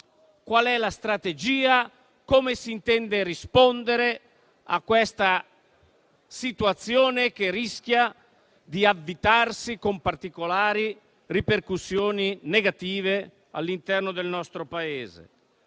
qual è la strategia e come si intende rispondere a questa situazione che rischia di avvitarsi con ripercussioni particolarmente negative all'interno del nostro Paese.